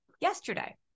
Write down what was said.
yesterday